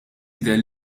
jidher